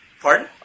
Pardon